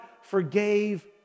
forgave